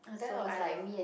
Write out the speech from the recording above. so I will